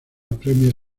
premier